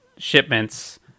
Shipments